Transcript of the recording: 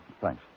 Thanks